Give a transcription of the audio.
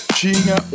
tinha